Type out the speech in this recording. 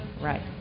Right